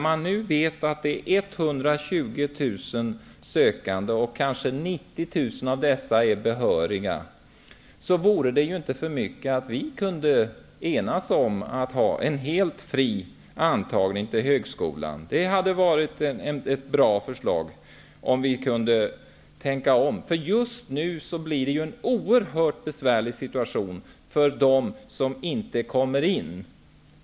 Man vet att det är 120 000 sökande och att kanske 90 000 av dessa är behöriga. Då vore det inte för mycket begärt att vi kunde enas om att ha en helt fri antagning till högskolan. Det hade varit bra. Just nu blir situationen oerhört besvärlig för dem som inte kommer in på den utbildning de har sökt.